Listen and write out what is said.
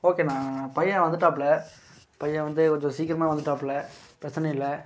ஓகேண்ணா பையன் வந்துட்டாப்புல பையன் வந்து கொஞ்சம் சீக்கிரமாவே வந்துட்டாப்புல பிரச்சின இல்லை